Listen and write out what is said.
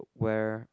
where